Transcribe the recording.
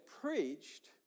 preached